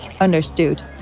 Understood